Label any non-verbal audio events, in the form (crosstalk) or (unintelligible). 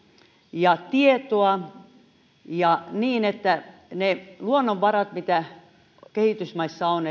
ja tietoa ja niin että länsimaat eivät riistä niitä luonnonvaroja mitä kehitysmaissa on (unintelligible)